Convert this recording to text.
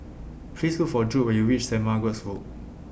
Please Look For Judd when YOU REACH Saint Margaret's Road